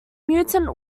mutant